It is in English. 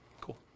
Cool